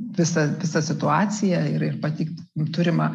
visą visą situaciją ir pateikt turimą